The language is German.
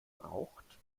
braucht